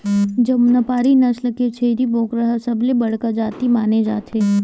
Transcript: जमुनापारी नसल के छेरी बोकरा ल सबले बड़का जाति माने जाथे